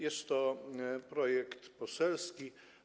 Jest to projekt poselski.